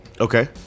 Okay